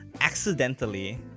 accidentally